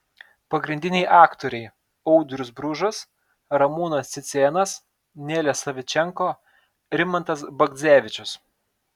pagrindiniai aktoriai audrius bružas ramūnas cicėnas nelė savičenko rimantas bagdzevičius